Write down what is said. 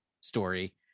story